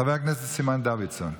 חבר הכנסת סימון דוידסון.